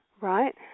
right